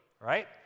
right